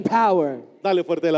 power